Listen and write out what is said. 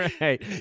right